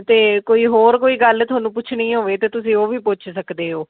ਅਤੇ ਕੋਈ ਹੋਰ ਕੋਈ ਗੱਲ ਤੁਹਾਨੂੰ ਪੁੱਛਣੀ ਹੋਵੇ ਤਾਂ ਤੁਸੀਂ ਉਹ ਵੀ ਪੁੱਛ ਸਕਦੇ ਹੋ